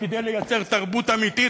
כדי לייצר תרבות אמיתית,